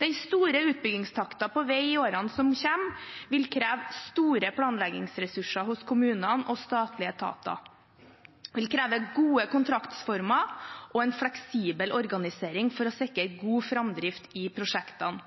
Den store utbyggingstakten på vei i årene som kommer, vil kreve store planleggingsressurser hos kommunene og statlige etater, gode kontraktsformer og en fleksibel organisering for å sikre god framdrift i prosjektene.